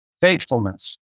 faithfulness